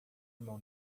irmão